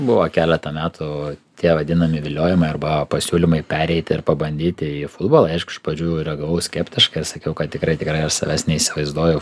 buvo keletą metų tie vadinami viliojimai arba pasiūlymai pereiti ir pabandyti į futbolą aišku iš pradžių reagavau skeptiškai ir sakiau kad tikrai tikrai aš savęs neįsivaizduoju